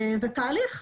זה תהליך.